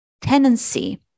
tenancy